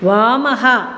वामः